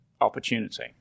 Opportunity